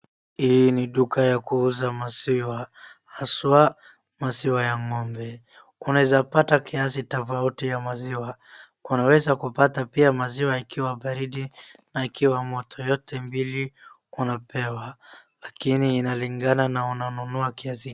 Hii ni duka ya kuuza maziwa, haswa maziwa ya ng'ombe. Unaweza pata kiasi tofauti ya maziwa. Unaweza kupata pia maziwa ikiwa baridi na ikiwa moto, yote mbili unapewa. Lakini inalingana na unanunua kiasi.